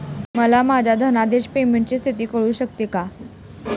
मला माझ्या धनादेश पेमेंटची स्थिती कळू शकते का?